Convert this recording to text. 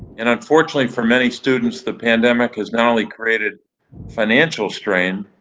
and unfortunately for many students, the pandemic has not only created financial strain,